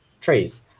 Trees